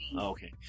okay